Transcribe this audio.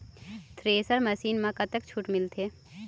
Thresher machine म कतक छूट मिलथे?